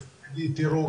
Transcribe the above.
תיראו,